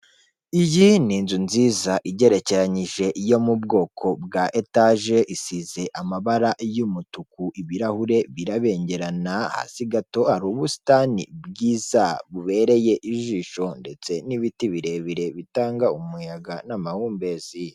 Iyi ni inzu nziza igerekeranyije yo mu bwoko bwa etage isize amabara y'umutuku ibirahure birabengerana hasi gato hari ubusitani bwiza bubereye ijisho ndetse n'ibiti birebire bitanga umuyaga n'amahumbezi .